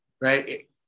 Right